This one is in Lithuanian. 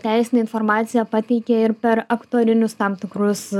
teisinę informaciją pateikė ir per aktorinius tam tikrus